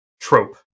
trope